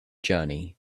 journey